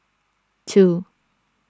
two